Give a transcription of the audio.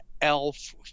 elf